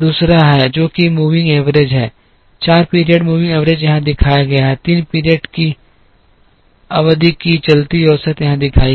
दूसरा रूप है जो कि मूविंग एवरेज है 4 पीरियड मूविंग एवरेज यहाँ दिखाया गया है 3 अवधि की चलती औसत यहां दिखाई गई है